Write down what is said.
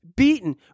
beaten